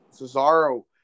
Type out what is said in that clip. Cesaro